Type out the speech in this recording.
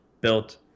built